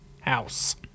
house